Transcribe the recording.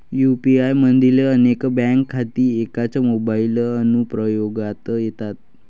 UPI मधील अनेक bank खाती एकाच मोबाइल अनुप्रयोगात येतात